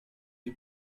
the